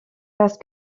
parce